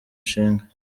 nshinga